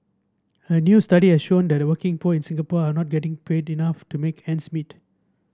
a new study has shown that the working poor in Singapore are not getting pay enough to make ends meet